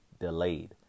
delayed